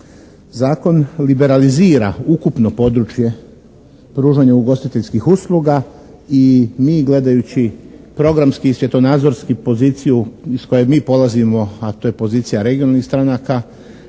Zakon liberalizira ukupno područje pružanja ugostiteljskih usluga i mi gledajući programski i svjetonazorski poziciju iz koje mi polazimo, a to je pozicija regionalnih stranaka